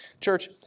Church